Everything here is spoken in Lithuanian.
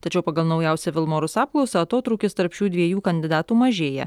tačiau pagal naujausią vilmorus apklausą atotrūkis tarp šių dviejų kandidatų mažėja